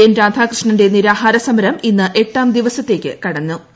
N രാധാകൃഷ്ണന്റെ നിരാഹാര സമരം ഇന്ന് എട്ടാംദിവത്തേയ്ക്ക് കടന്നിരുന്നു